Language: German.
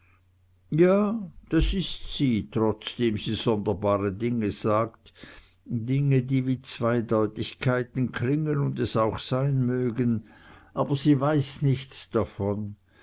ja das ist sie trotzdem sie sonderbare dinge sagt dinge die wie zweideutigkeiten klingen und es auch sein mögen aber sie weiß nichts davon